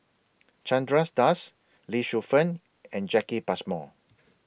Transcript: Chandra Das Lee Shu Fen and Jacki Passmore